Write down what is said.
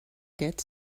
get